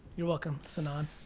you're welcome si-non.